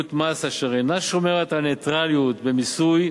מדיניות מס אשר אינה שומרת על נייטרליות במיסוי,